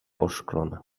oszklone